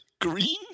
Green